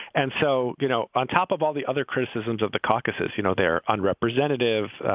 and so, you know, on top of all the other criticisms of the caucuses, you know, they're unrepresentative.